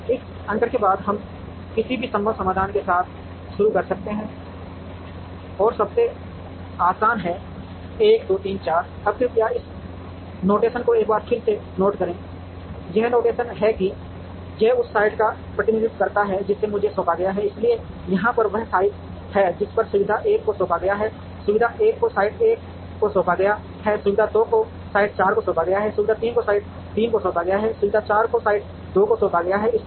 इस अंकन के बाद हम किसी भी संभव समाधान के साथ शुरू कर सकते हैं और सबसे आसान है 1 2 3 4 अब कृपया इस नोटेशन को एक बार फिर से नोट करें यह नोटेशन है कि यह उस साइट का प्रतिनिधित्व करता है जिसे मुझे सौंपा गया है इसलिए यहां पर वह साइट है जिस पर सुविधा 1 को सौंपा गया है सुविधा 1 को साइट 1 को सौंपा गया है सुविधा 2 को साइट 4 को सौंपा गया है सुविधा 3 को साइट 3 को सौंपा गया है सुविधा 4 को साइट 2 को सौंपा गया है